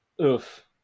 Oof